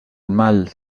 mal